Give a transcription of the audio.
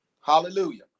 hallelujah